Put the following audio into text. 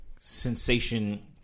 sensation